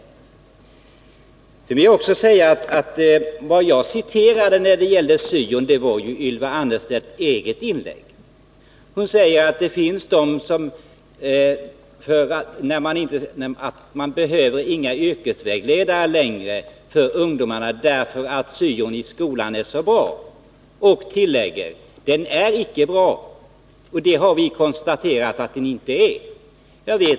Vad jag citerade om syoverksamheten var Ylva Annerstedts eget inlägg. Hon sade att det inte längre behövs några yrkesvägledare för eleverna, eftersom syoverksamheten i skolan var så bra. Hon tillade: Den är icke bra. Det har vi konstaterat att den inte är.